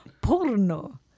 Porno